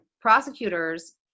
prosecutors